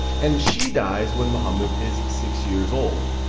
and she dies when muhammad is six years old.